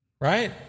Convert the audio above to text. right